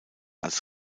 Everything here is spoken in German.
als